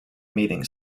meeting